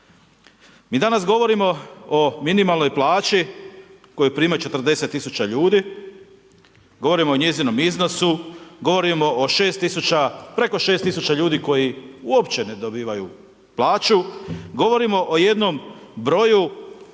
Mi danas govorimo o minimalnoj plaću koju prima 40 000 ljudi, govorimo o njezinom iznosu, govorimo preko 6000 ljudi koji uopće ne dobivaju plaću, govorimo o jednom broju